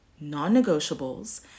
non-negotiables